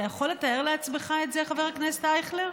אתה יכול לתאר את זה לעצמך, חבר הכנסת אייכלר,